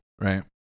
Right